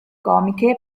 comiche